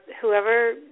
whoever